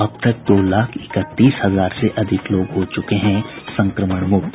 अब तक दो लाख इकतीस हजार से अधिक लोग हो चुके हैं संक्रमण मुक्त